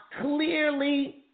clearly